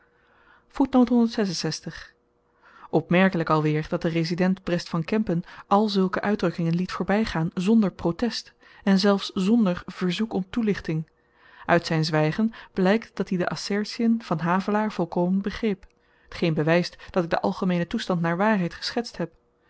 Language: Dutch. opmerkelyk alweer dat de resident brest van kempen al zulke uitdrukkingen liet voorbygaan zonder protest en zelfs zonder verzoek om toelichting uit z'n zwygen blykt dat-i de assertien van havelaar volkomen begreep t geen bewyst dat ik den algemeenen toestand naar waarheid geschetst heb